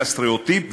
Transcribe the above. את הסטריאוטיפ,